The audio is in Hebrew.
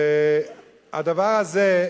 הדבר הזה,